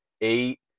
eight